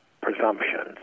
presumptions